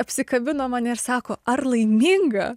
apsikabino mane ir sako ar laiminga